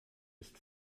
ist